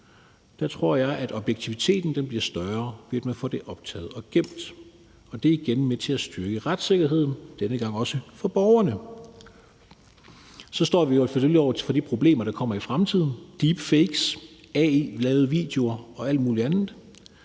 gemt, tror jeg, at objektiviteten bliver større, ved at man får det optaget og gemt, og det er igen med til at styrke retssikkerheden – denne gang også for borgerne. Så står vi selvfølgelig over for de problemer, der kommer i fremtiden: deepfakes, videoer lavet med AI og alt muligt andet.